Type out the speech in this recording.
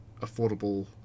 affordable